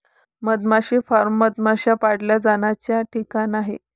मधमाशी फार्म मधमाश्या पाळल्या जाण्याचा ठिकाण आहे